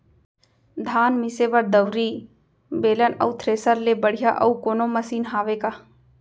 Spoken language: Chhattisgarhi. धान मिसे बर दउरी, बेलन अऊ थ्रेसर ले बढ़िया अऊ कोनो मशीन हावे का?